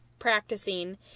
practicing